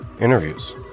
interviews